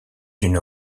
d’une